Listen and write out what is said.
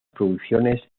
producciones